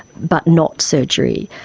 but not surgery,